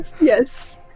Yes